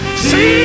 see